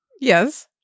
Yes